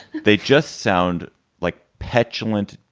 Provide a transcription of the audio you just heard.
they just sound like petulant,